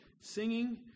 singing